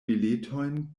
biletojn